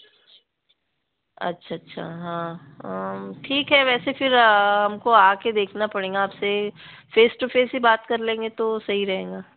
अच्छा अच्छा हाँ ठीक है वैसे फ़िर हमको आकर देखना पड़ेगा आपसे फेस टू फेस बात कर लेंगे तो सही रहेगा